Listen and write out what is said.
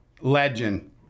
legend